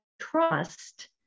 trust